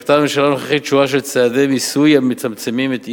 נקטה הממשלה הנוכחית שורה של צעדי מיסוי המצמצמים את האי-שוויון: